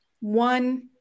One